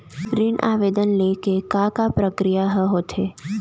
ऋण आवेदन ले के का का प्रक्रिया ह होथे?